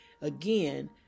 Again